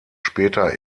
später